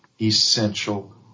essential